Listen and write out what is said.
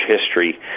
history